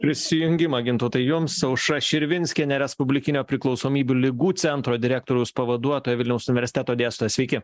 prisijungimą gintautai jums aušra širvinskienė respublikinio priklausomybių ligų centro direktoriaus pavaduotoja vilniaus universiteto dėstytoja sveiki